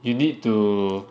you need to